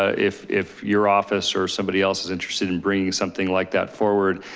ah if if your office or somebody else is interested in bringing something like that forward.